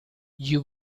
you